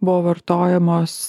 buvo vartojamos